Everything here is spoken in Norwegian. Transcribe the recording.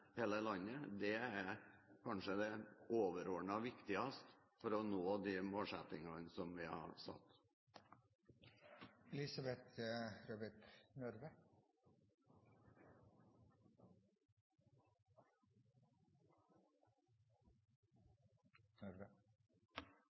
hele landet. Dette er kanskje det overordnet viktigste for å nå de målsettingene som vi har satt